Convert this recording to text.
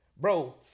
bro